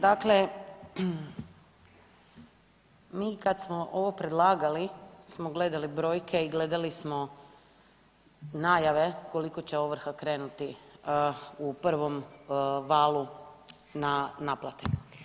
Dakle, mi kad smo ovo predlagali smo gledali brojke i gledali smo najave koliko će ovrha krenuti u prvom valu na naplate.